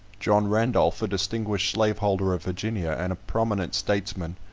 john randolph, a distinguished slaveholder of virginia, and a prominent statesman,